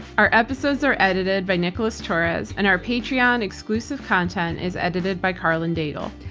our episodes are edited by nicholas torres, and our patreon exclusive content is edited by karlyn daigle.